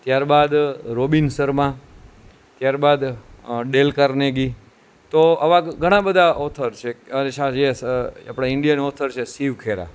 ત્યારબાદ રોબિન શર્મા ત્યારબાદ Dale Carnegie તો આવા ઘણા બધા ઓથર છે અચ્છા યસ આપણા ઇન્ડિયન ઓથર છે શિવ ખેરા